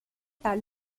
pas